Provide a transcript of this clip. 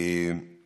מאותן חברות.